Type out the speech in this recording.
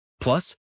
Plus